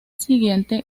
siguiente